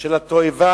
של התועבה,